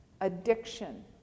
addiction